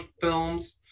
films